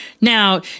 Now